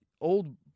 Old